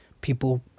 People